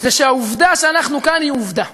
זה שהעובדה שאנחנו כאן היא עובדה.